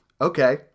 okay